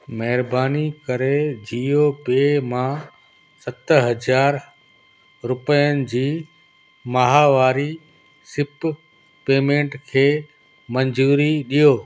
महिरबानी करे जीओ पे मां सत हज़ार रुपियनि जी महावारी सिप पेमेंट खे मंज़ूरी ॾियो